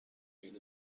بین